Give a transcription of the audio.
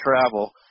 travel